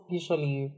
usually